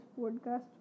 podcast